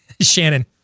Shannon